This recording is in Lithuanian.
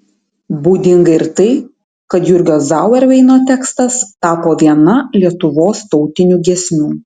būdinga ir tai kad jurgio zauerveino tekstas tapo viena lietuvos tautinių giesmių